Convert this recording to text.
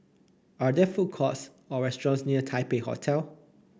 are there food courts or restaurants near Taipei Hotel